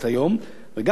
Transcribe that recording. וגם כולם ישלמו,